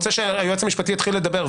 (חברת הכנסת טלי גוטליב יוצאת מחדר הוועדה)